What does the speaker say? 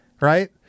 right